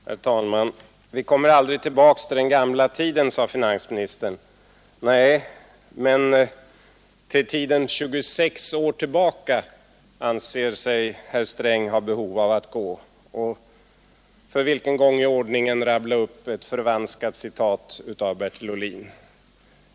Herr talman! ”Vi kommer aldrig tillbaka till den gamla tiden”, sade finansministern. Nej, men till tiden 26 år tillbaka anser sig herr Sträng ha behov av att gå och — jag vet inte för vilken gång i ordningen — rabbla upp ett förvanskat citat av Bertil Ohlin.